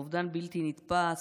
אובדן בלתי נתפס.